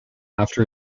after